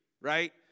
right